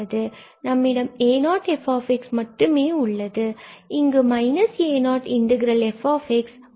எனவே நம்மிடம் a0 f இது மட்டுமே உள்ளது இங்கு a0 f மைனஸ் சைன் வருகிறது